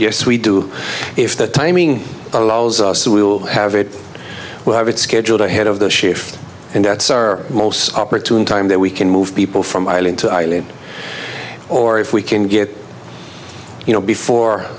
yes we do if the timing allows us we'll have it we have it scheduled ahead of the shift and that's our most opportune time that we can move people from island to island or if we can get you know before